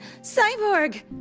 cyborg